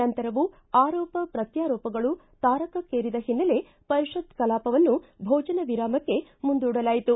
ನಂತರವೂ ಆರೋಪ ಪ್ರತ್ಸಾರೋಪಗಳು ತಾರಕಕ್ಕೇರಿದ ಹಿನ್ನೆಲೆ ಪರಿಷತ್ ಕಲಾಪವನ್ನು ಭೋಜನ ವಿರಾಮಕ್ಕೆ ಮುಂದೂಡಲಾಯಿತು